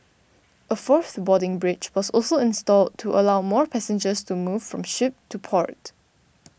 a fourth boarding bridge was also installed to allow more passengers to move from ship to port